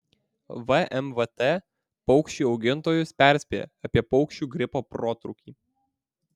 vmvt paukščių augintojus perspėja apie paukščių gripo protrūkį